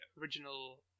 original